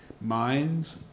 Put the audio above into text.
minds